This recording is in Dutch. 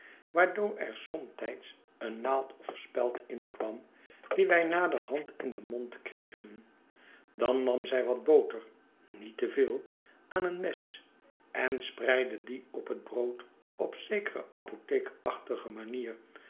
waardoor er somtijds een naald of speld in k warn die wij naderhand in den mond kregen dan nam zij wat boter niet te veel aan een mes en spreidde die op het brood op zekere apo t thekerachtige manier